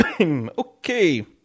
Okay